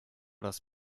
raz